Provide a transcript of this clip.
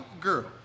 girl